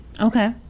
Okay